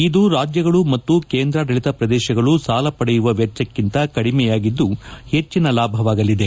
ಇದು ರಾಜ್ನಗಳು ಮತ್ತು ಕೇಂದ್ರಾಡಳಿತ ಪ್ರದೇಶಗಳು ಸಾಲ ಪಡೆಯುವ ವೆಚ್ಚಕ್ತಿಂತ ಕಡಿಮೆಯಾಗಿದ್ಲು ಹೆಚ್ಚಿನ ಲಾಭವಾಗಲಿದೆ